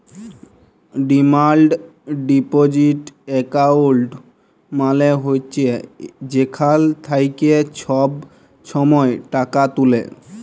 demand deposit account মালে হছে যেখাল থ্যাইকে ছব ছময় টাকা তুলে